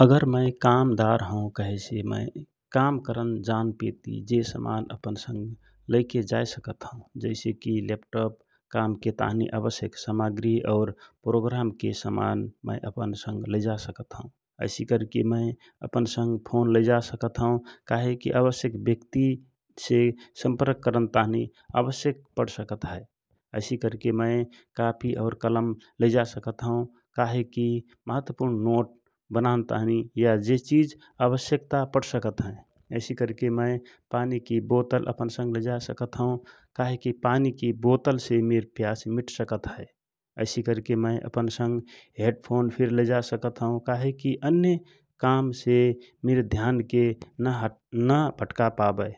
अगर मय काम दार हौ कहेसे मय काम करन जान पेति जे समान अपन संग लैके जाय सकत हौ । जैसे कि लेप्टप कामके ताँहि आवश्यक समाग्रि और प्रोग्राम के समान मय अपन संग लैजा सकत हौ ऐसी करके मय अपन संग फोन लैजा सकत हौ । काहे कि आवश्यक व्यक्तिसे सम्पकर्क करन ताँहि आवश्य पड सकत हए । एेसी करके मय कापि और कलम लैजा सकत हौ का हे कि महात्वपुर्ण नोट बनान ताँहि या जे चिज आवश्यक्ता पडसकत हए । एेसी करके मय पानीकी बोटल अपन संग लैजा सकत हौ । कहेकी पानी कि बोतलसे मिर प्यास मिटाए सकत हए । ऐसी करके मय अपन संग हेड फोन फिर लैजा सकत हौ कहेकि अन्य कामसे मिर ध्यानके न भटकापा बए